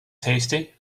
tasty